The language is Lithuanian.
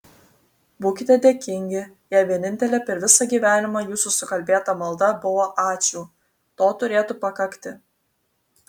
būkite dėkingi jei vienintelė per visą gyvenimą jūsų sukalbėta malda buvo ačiū to turėtų pakakti